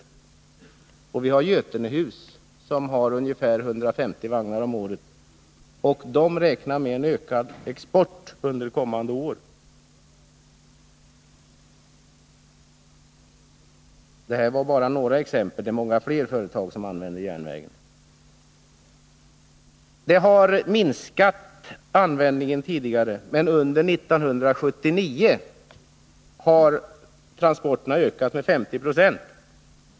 Ytterligare ett företag är Götenehus AB med ungefär 150 vagnar om året, och det företaget räknar med en ökad export under kommande år. Detta var bara några exempel på företag som använder järnvägen. Det finns givetvis många fler som gör det. Tidigare har transporterna på järnvägen minskat, men under 1979 har de ökat med 50 96.